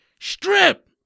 Strip